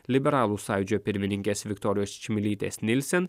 liberalų sąjūdžio pirmininkės viktorijos čmilytėsnilsen